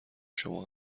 شما